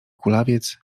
kulawiec